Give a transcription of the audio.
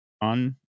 on